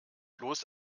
bloß